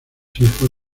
hijos